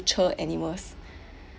~cher animals